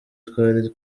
twari